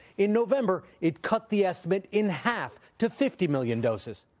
in november it cut the estimate in half to fifty million doses.